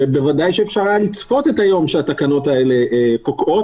בוודאי היה אפשר לצפות את היום שבו התקנות האלה פוקעות.